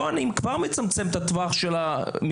כאן אני כבר מצמצם את הטווח של המקרים.